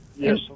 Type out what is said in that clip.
Yes